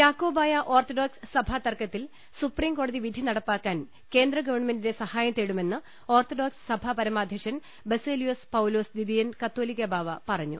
Yakobaya orthodox സഭാതർക്കത്തിൽ സുപ്രീംകോ ടതി വിധി നടപ്പാക്കാൻ കേന്ദ്രഗവൺമെന്റിന്റെ സഹായം തേടുമെന്ന് ഓർത്തഡോക്സ് സഭ പരമാധ്യക്ഷൻ ബസേലിയോസ് പൌലോസ് ദ്വിതീ യൻ കത്തോലിക്കാബാവ പറഞ്ഞു